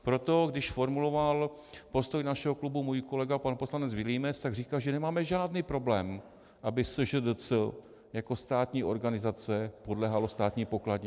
Proto když formuloval postoj našeho klubu můj kolega pan poslanec Vilímec, tak říkal, že nemáme žádný problém, aby SŽDC jako státní organizace podléhala státní pokladně.